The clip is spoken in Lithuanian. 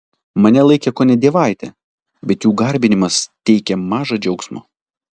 mane laikė kone dievaite bet jų garbinimas teikė maža džiaugsmo